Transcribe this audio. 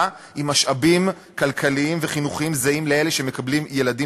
עם משאבים כלכליים וחינוכיים זהים לאלה שמקבלים ילדים